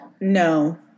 No